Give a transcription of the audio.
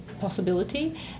possibility